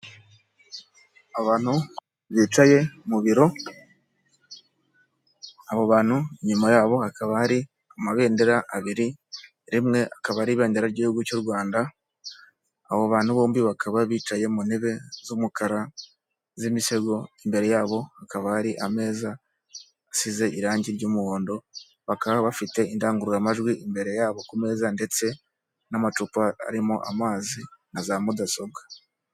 Abantu bicaye mu biro, abo bantu inyuma yabo hakaba hari amabendera abiri, rimwe akaba ari ibendera ry'igihugu cy'u Rwanda, abo bantu bombi bakaba bicaye mu ntebe z'umukara, z'imisego, imbere yabo hakaba hari ameza asize irangi ry'umuhondo, bakaba bafite indangururamajwi imbere yabo ku meza, ndetse n'amacupa arimo amazi, na za mudasobwa.